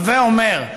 הווי אומר,